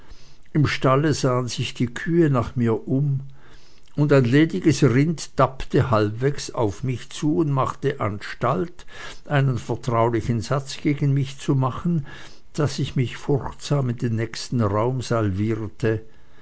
im stalle sahen sich die kühe nach mir um und ein lediges rind tappte halbwegs auf mich zu und machte anstalt einen vertraulichen satz gegen mich zu nehmen daß ich mich furchtsam in den nächsten raum